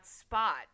spot